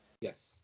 yes